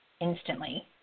instantly